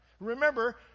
Remember